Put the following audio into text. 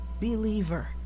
believer